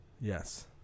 Yes